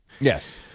Yes